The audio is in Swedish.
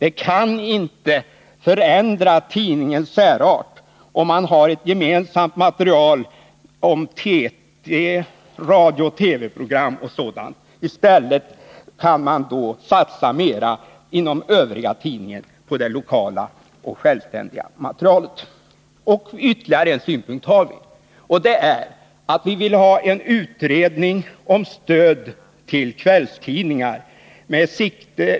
En tidnings särart kan inte förändras av att pressen har ett gemensamt material när det gäller TT-meddelanden, radiooch TV-program och liknande. Ett sådant gemensamt material gör i stället att man i tidningen i övrigt kan satsa mera på det lokala och självständiga materialet. au Vi har fört fram ytterligare ett förslag, som gäller utredning av frågan om stöd till kvällstidningar.